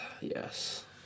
Yes